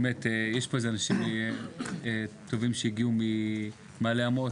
באמת, יש פה איזה אנשים טובים שהגיעו ממעלה עמוס.